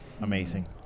Amazing